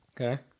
Okay